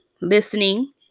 listening